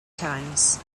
times